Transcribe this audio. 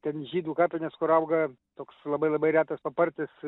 ten žydų kapines kur auga toks labai labai retas papartis